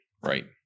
Right